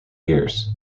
years